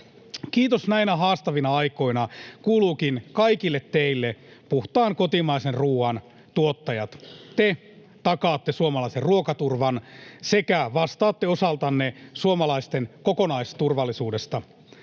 Kiitos näinä haastavina aikoina kuuluukin kaikille teille, puhtaan kotimaisen ruuan tuottajat. Te takaatte suomalaisten ruokaturvan sekä vastaatte osaltanne suomalaisten kokonaisturvallisuudesta.